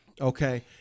Okay